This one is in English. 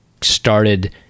started